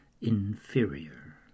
inferior